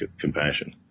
compassion